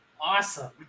awesome